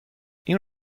این